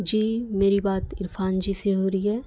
جی میری بات عرفان جی سے ہو رہی ہے